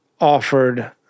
offered